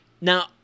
Now